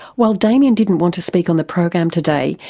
while damien didn't want to speak on the program today,